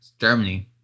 Germany